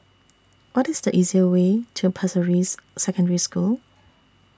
What IS The easiest Way to Pasir Ris Secondary School